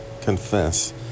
confess